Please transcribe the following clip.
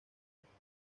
juegos